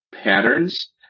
patterns